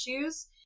issues